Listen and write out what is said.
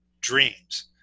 dreams